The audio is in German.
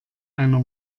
einer